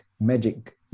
magic